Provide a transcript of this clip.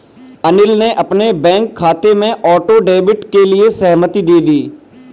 अनिल ने अपने बैंक खाते में ऑटो डेबिट के लिए सहमति दे दी